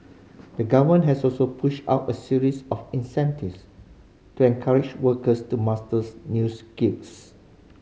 the govern has also pushed out a series of initiatives to encourage workers to masters new skills